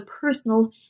personal